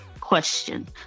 question